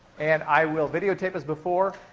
and i will videotape, as before,